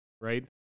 right